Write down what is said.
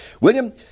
William